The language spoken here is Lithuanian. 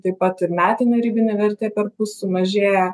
taip pat ir metinė ribinė vertė perpus sumažėja